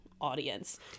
audience